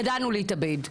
ידענו להתאבד.